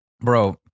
bro